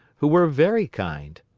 who were very kind.